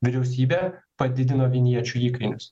vyriausybė padidino vinječių įkainius